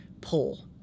pull